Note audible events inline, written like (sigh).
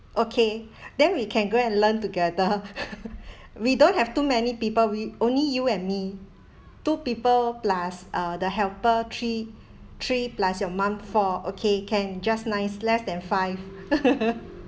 okay then we can go and learn together (laughs) we don't have too many people we only you and me two people plus uh the helper three three plus your mum four okay can just nice less than five (laughs)